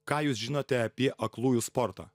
ką jūs žinote apie aklųjų sportą